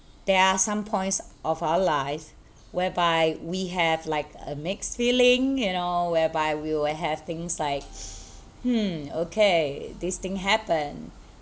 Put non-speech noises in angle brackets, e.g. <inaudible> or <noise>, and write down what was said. there are some points of our life whereby we have like a mixed feeling you know whereby we will have things like <breath> hmm okay this thing happened